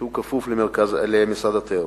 שכפוף למשרד התיירות.